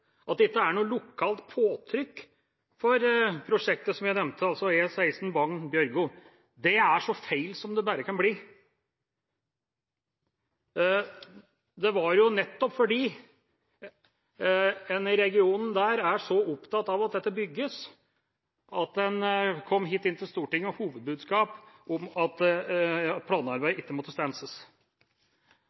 feil som det bare kan bli. Det var jo nettopp fordi en i regionen der er så opptatt av at dette bygges, en kom hit inn til Stortinget med hovedbudskap om at planarbeidet ikke måtte stanses.